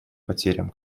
потерям